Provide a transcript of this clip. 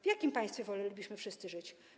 W jakim państwie wolelibyśmy wszyscy żyć?